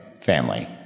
Family